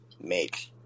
make